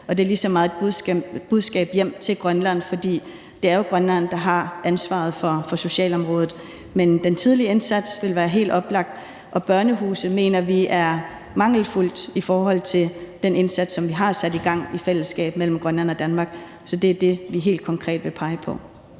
Og det er lige så meget et budskab hjem til Grønland, for det er jo Grønland, der har ansvaret for socialområdet. Men den tidlige indsats vil være helt oplagt at se på. Og vi mener, at indsatsen med børnehuse er for mangelfuld i forhold til den indsats, som vi har sat i gang i fællesskab mellem Grønland og Danmark. Så det er det, vi helt konkret vil pege på.